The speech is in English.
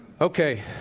Okay